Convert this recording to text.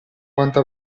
quanto